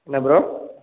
என்ன ப்ரோ